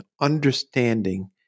understanding